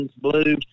Blue